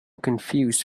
confused